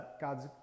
God's